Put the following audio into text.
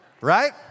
Right